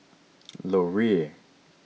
Laurier